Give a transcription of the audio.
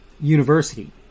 university